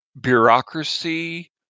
bureaucracy